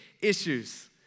issues